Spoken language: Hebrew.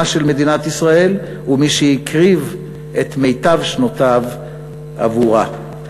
של מדינת ישראל ומי שהקריב את מיטב שנותיו עבורה.